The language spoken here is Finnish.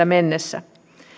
mennessä